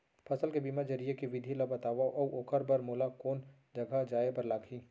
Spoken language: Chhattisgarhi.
फसल के बीमा जरिए के विधि ला बतावव अऊ ओखर बर मोला कोन जगह जाए बर लागही?